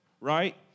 right